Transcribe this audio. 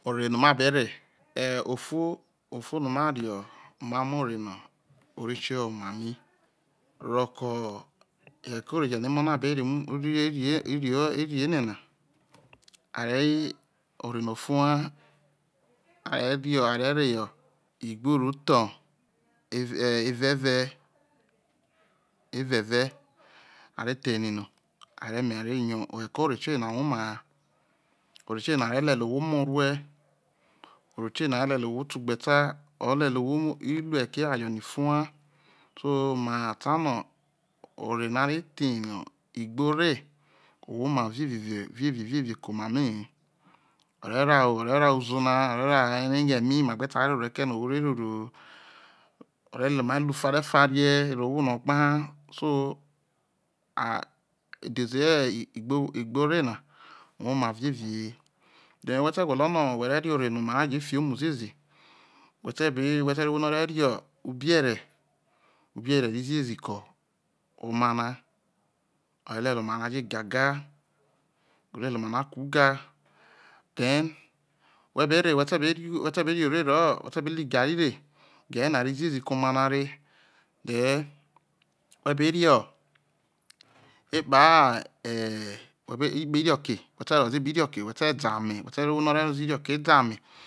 Ore no ma bere e ofo ofo no ma re omamo ore no ore kieho oma ma roke eghere ke ore no emo na bere um be re enena are ore no ufoha are re igbo ro thei eve̠ve̠ are theire no̠ are muo ere no reko ore tioyena woma ha ore hoye na re lela ohwo moorue ore tioyena re lelei ohwo ta ugbeta ore lelei ohwo ro oghe̠re̠ ke̠ eware no ifo ha so ma tano ore no are the yo igbo re owoma vievievi evne ke oma mai hi o re raha uzou na ore raha areghe mama gbe sai roro eke na ohwo re roro ho ore lelei omairu farie farie roho ohwo no ogba hazo idheze igboreho na u woma vie ve he then whe te gwolo no whe re ore no oma ra je fiomo ziezi whe te be whe terro ohwo no ubiere ubiere rro ziezi ke oma na o re lelei oma na jo gagai ore lelei omana kui ga then whe bere whe̠ te̠ be re oro roho whe te be̠ lo̠ gam re gam na rro ziezi ke̠ oma na re then whe be re epao egbe egbe inoke whe te rowo ee evao inoke whe reda ame whete rro hwo no ore rowozo ore da ame